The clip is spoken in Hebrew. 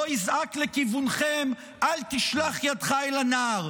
לא יזעק לכיוונכם אל תשלח ידך אל הנער.